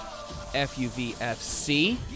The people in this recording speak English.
FUVFC